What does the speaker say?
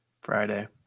Friday